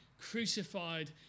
crucified